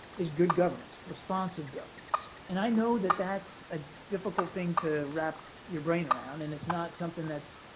is good governance, responsive governance. and i know that that's a difficult thing to wrap your brain around, and it's not something that's